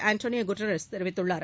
Antonio Guterres தெரிவித்துள்ளார்